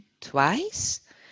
twice